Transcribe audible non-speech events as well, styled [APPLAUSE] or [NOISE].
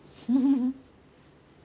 [LAUGHS]